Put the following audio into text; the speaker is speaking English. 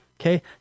Okay